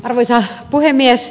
arvoisa puhemies